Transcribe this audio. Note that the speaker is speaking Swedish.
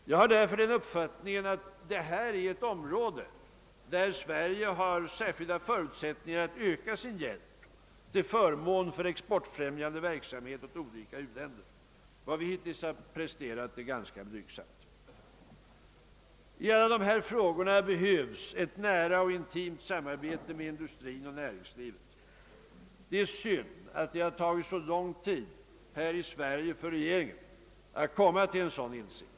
Enligt min uppfattning är detta ett område där Sverige har särskilda förutsättningar att öka sin hjälp till exportfrämjande verksamhet åt olika u-länder. Vad vi hittills har presterat är ganska blygsamt. I alla dessa frågor behövs ett nära och intimt samarbete med industrin och näringslivet. Det är synd att det har tagit så lång tid för regeringen här i Sverige att vinna en sådan insikt.